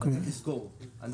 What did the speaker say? צריך לזכור,